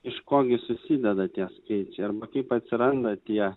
iš ko gi susideda tie skaičiai arba kaip atsiranda tie